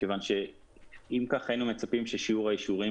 כיוון שאם כך היינו מצפים ששיעור האישורים